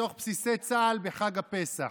לתוך בסיסי צה"ל, בחג הפסח.